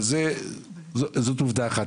זאת עובדה אחת.